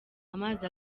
amazi